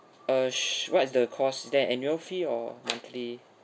uh s~ what is the cost is there annual fee or monthly